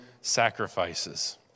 sacrifices